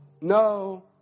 No